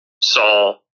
Saul